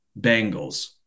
Bengals